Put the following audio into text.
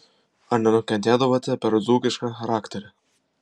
ar nenukentėdavote per dzūkišką charakterį